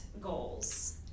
goals